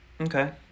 Okay